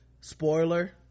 spoiler